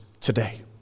today